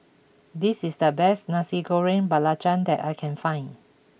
this is the best Nasi Goreng Belacan that I can find